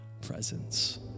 presence